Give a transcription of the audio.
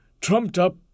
trumped-up